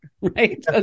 right